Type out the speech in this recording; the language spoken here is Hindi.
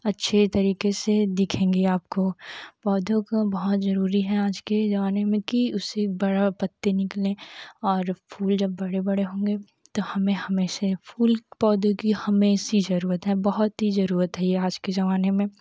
अच्छे रीके से दिखेंगी आपको पौधों को बहुत ज़रूरी है आज के जानने में की उसे बड़ा पता निकले और फूल जब बड़े बड़े होंगे तो हमें हमेशा फूल पौधे की हमेशा ज़रूरत है बहुत ही ज़रूरत है आज के ज़माने में